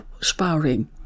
sparring